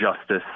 justice